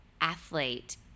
athlete